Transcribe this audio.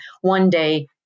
one-day